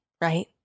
right